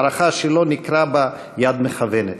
למערכה שלא ניכרה בה יד מכוונת.